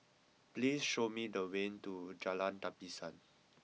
please show me the way to Jalan Tapisan